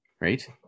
Right